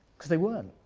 because they weren't.